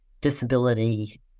disability